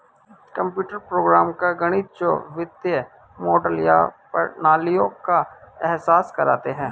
computer program का गणित जो वित्तीय मॉडल या प्रणालियों का एहसास करते हैं